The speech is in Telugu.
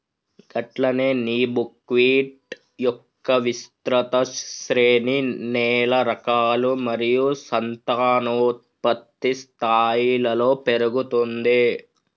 గట్లనే నీ బుక్విట్ మొక్క విస్తృత శ్రేణి నేల రకాలు మరియు సంతానోత్పత్తి స్థాయిలలో పెరుగుతుంది